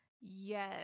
Yes